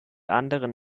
anderen